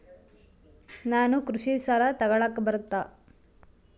ನಾನು ಕೃಷಿ ಸಾಲ ತಗಳಕ ಬರುತ್ತಾ?